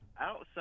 outside